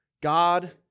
God